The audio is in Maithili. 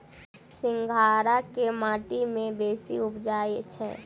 सिंघाड़ा केँ माटि मे बेसी उबजई छै?